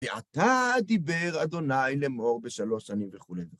ועתה דיבר אדוני לאמור בשלוש שנים וכולי וכולי.